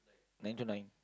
nine to nine